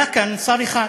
היה כאן שר אחד,